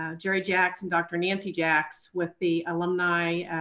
ah jerry jacks and dr. nancy jacks with the alumni